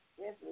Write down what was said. yes